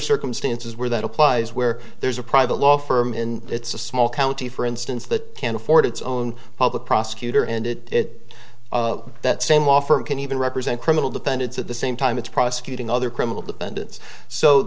circumstances where that applies where there's a private law firm in it's a small county for instance that can't afford its own public prosecutor and it that same offer can even represent criminal defendants at the same time it's prosecuting other criminal defendants so